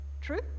True